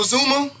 Zuma